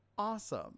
Awesome